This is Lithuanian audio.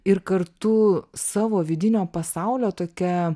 ir kartu savo vidinio pasaulio tokia